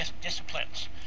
disciplines